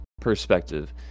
perspective